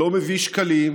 שלא מביא שקלים,